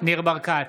ניר ברקת,